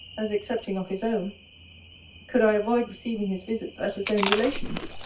as accepting of his own could i avoid receiving his visits at his own relations'?